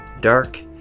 dark